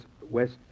west